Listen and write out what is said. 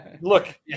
Look